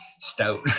stout